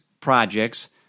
projects